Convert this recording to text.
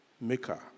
maker